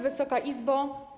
Wysoka Izbo!